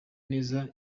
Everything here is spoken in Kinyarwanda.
neza